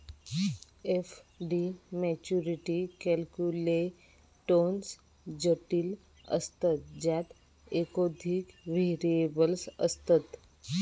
FD maturity calculations जटिल असतत ज्यात एकोधिक व्हेरिएबल्स असतत